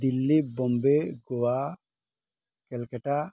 Delhi Bombay Goa Calcutta